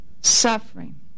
suffering